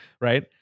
right